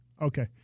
Okay